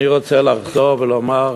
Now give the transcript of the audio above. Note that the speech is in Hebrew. אני רוצה לחזור ולומר,